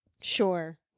Sure